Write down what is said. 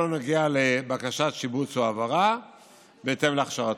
בכל הנוגע לבקשת שיבוץ או העברה בהתאם להכשרתו.